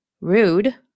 Rude